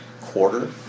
quarter